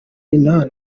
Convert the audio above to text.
inani